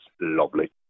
lovely